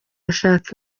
ashaka